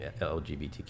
LGBTQ